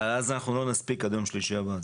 אבל אז אנחנו לא נספיק עד יום שלישי הבא.